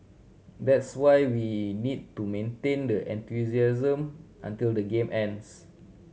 that's why we need to maintain the enthusiasm until the game ends